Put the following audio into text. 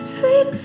Sleep